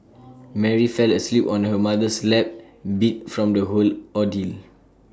Mary fell asleep on her mother's lap beat from the whole ordeal